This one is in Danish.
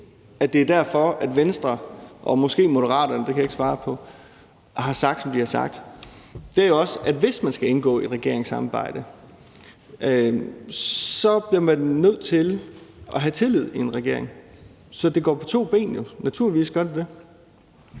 alene er derfor, Venstre – og måske Moderaterne, det kan jeg ikke svare på – har sagt, som de har sagt. Det er jo også, at hvis man skal indgå i et regeringssamarbejde, så bliver man nødt til at have tillid i en regering. Så det går jo på to ben, naturligvis gør det det.